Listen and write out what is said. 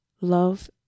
love